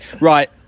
Right